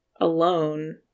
alone